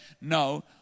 No